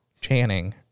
Channing